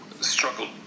struggle